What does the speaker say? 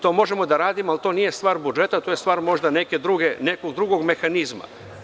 To možemo da radimo, ali to nije stvar budžeta, to je stvar nekog drugog mehanizma.